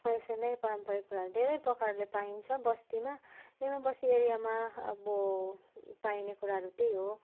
यसरी नै पारम्परिक कुराहरू धेरै प्रकारले पाइन्छ बस्तीमा एकदम बस्ती एरियामा अब पाइने कुराहरू त्यही हो